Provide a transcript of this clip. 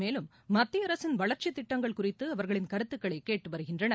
மேலும் மத்தியஅரசின் வளர்ச்சித்திட்டங்கள் குறித்துஅவர்களின் கருத்துகளைகேட்டுவருகின்றனர்